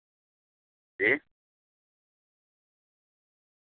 جی